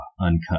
uncut